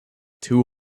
two